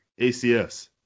ACS